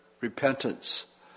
repentance